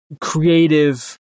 creative